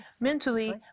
mentally